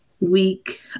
week